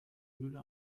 höhle